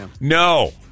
No